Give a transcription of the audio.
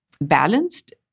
balanced